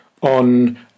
on